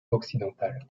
occidentale